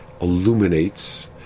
illuminates